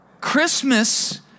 Christmas